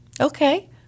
Okay